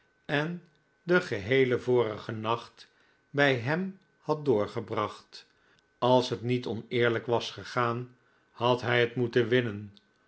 en den geheelen vorigen nacht bij hem had doorgebracht als het niet oneerlijk was gegaan had hij het moeten winnen